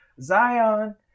Zion